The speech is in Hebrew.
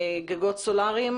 לגגות סולריים,